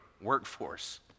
workforce